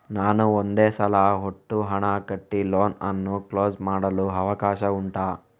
ನಾನು ಒಂದೇ ಸಲ ಒಟ್ಟು ಹಣ ಕಟ್ಟಿ ಲೋನ್ ಅನ್ನು ಕ್ಲೋಸ್ ಮಾಡಲು ಅವಕಾಶ ಉಂಟಾ